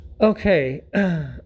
okay